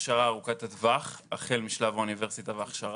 להכשרה ארוכת הטווח החל משלב האוניברסיטה וההכשרה.